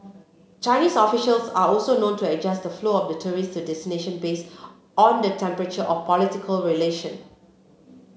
Chinese officials are also known to adjust the flow of tourist to destination based on the temperature of political relation